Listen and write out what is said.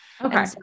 Okay